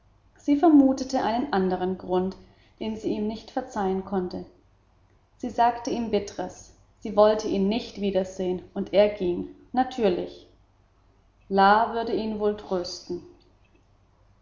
sie vermutete einen anderen grund den sie ihm nicht verzeihen konnte sie sagte ihm bitteres sie wollte ihn nicht wiedersehen und er ging natürlich la würde ihn wohl trösten